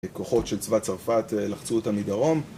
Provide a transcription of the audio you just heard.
כוחות של צבא צרפת לחצו אותם מדרום